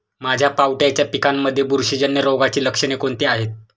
माझ्या पावट्याच्या पिकांमध्ये बुरशीजन्य रोगाची लक्षणे कोणती आहेत?